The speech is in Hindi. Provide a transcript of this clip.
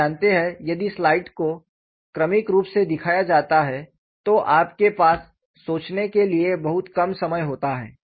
आप जानते हैं यदि स्लाइड्स को क्रमिक रूप से दिखाया जाता है तो आपके पास सोचने के लिए बहुत कम समय होता है